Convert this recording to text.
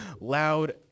loud